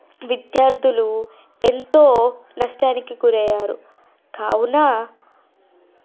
ఎంతో నష్టానికి గురైయ్యారు కావున